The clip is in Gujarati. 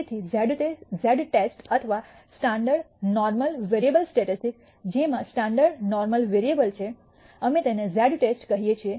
તેથી ઝેડ ટેસ્ટ અથવા સ્ટાન્ડર્ડ નોર્મલ વેરીએબલ સ્ટેટિસ્ટિક્સ જેમાં સ્ટાન્ડર્ડ નોર્મલ વેરીએબલ છે અમે તેને ઝેડ ટેસ્ટ કહીએ છીએ